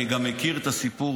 אני גם מכיר את הסיפור,